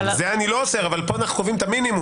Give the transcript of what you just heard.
אני לא אוסר אבל פה אנו קובעים את המינימום.